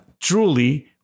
truly